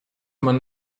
man